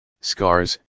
scars